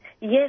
Yes